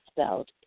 spelled